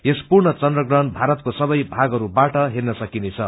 यस पूर्ण चन्द्रग्रहण भारतको सबै थागहरूबाट ईेन सकिनेछ